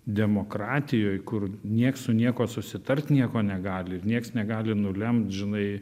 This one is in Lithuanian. demokratijoj kur nieks su niekuo susitart nieko negali ir nieks negali nulemt žinai